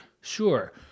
Sure